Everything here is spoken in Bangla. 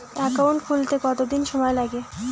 একাউন্ট খুলতে কতদিন সময় লাগে?